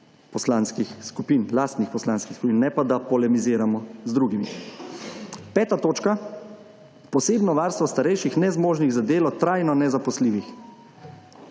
poslanskih skupin, ne pa da polemiziramo z drugimi. Peta točka, posebno varstvo starejših, nezmožnih za delo, trajno nezaposljivih.